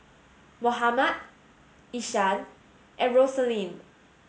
Mohammad Ishaan and Rosalind